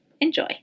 Enjoy